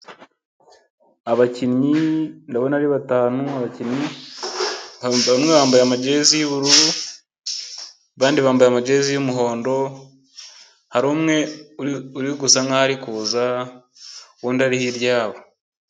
Abakinnyi ndabona ari batanu, abakinnyi bamwe bambaye amajesi y'ubururu abandi bambaye amajezi y'umuhondo, hari umwe uri gusa nkaho ari kuza, undi ari hirya yabo.